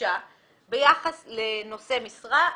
חדשה ביחס לנושא משרה בגמ"ח.